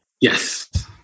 Yes